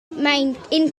winkelier